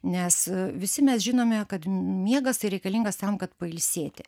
nes visi mes žinome kad miegas tai reikalingas tam kad pailsėti